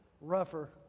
rougher